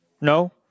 No